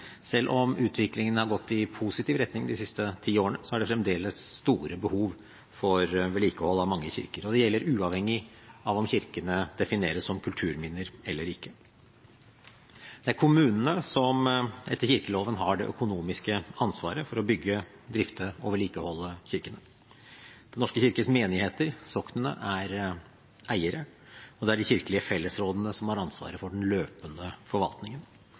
Selv om utviklingen har gått i positiv retning de siste ti årene, er det fremdeles store behov for vedlikehold av mange kirker, og det gjelder uavhengig av om kirkene defineres som kulturminner eller ikke. Det er kommunene som etter kirkeloven har det økonomiske ansvaret for å bygge, drifte og vedlikeholde kirkene. Den norske kirkes menigheter, soknene, er eiere, og det er de kirkelige fellesrådene som har ansvaret for den løpende forvaltningen.